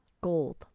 gold